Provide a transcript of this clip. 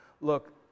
look